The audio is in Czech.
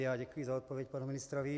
Já děkuji za odpověď panu ministrovi.